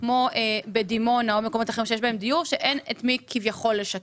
כמו בדימונה או מקומות אחרים שיש בהם דיור שאין את מי כביכול לשכן.